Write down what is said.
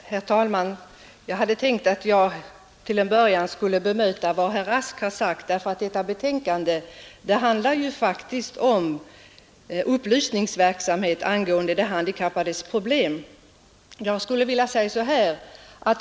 Herr talman! Jag hade tänkt att jag till en början skulle bemöta vad herr Rask sagt, eftersom detta betänkande faktiskt handlar om upplysningsverksamhet angående de handikappades problem.